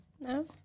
No